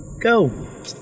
go